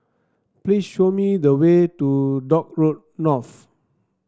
please show me the way to Dock Road North